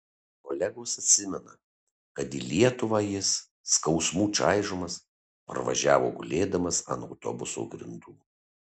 kolegos atsimena kad į lietuvą jis skausmų čaižomas parvažiavo gulėdamas ant autobuso grindų